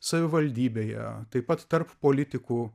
savivaldybėje taip pat tarp politikų